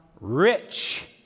rich